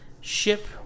ship